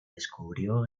descubrió